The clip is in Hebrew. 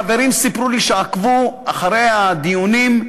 חברים סיפרו לי שעקבו אחרי הדיונים,